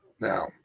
now